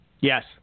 Yes